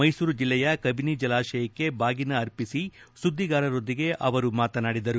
ಮೈಸೂರು ಜಿಲ್ಲೆಯ ಕಬಿನಿ ಜಲಾಶಯಕ್ಷೆ ಬಾಗಿನ ಅರ್ಪಿಸಿ ಸುದಿದಗಾರರೊಂದಿಗೆ ಅವರು ಮಾತನಾಡಿದರು